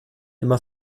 immer